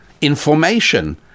information